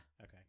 Okay